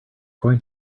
going